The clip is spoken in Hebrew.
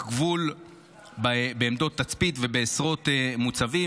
הגבול בעמדות תצפית ובעשרות מוצבים.